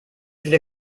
viele